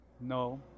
No